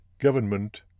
government